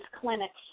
clinics